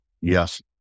yes